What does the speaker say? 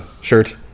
shirt